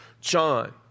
John